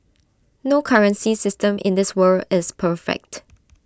no currency system in this world is perfect